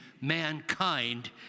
mankind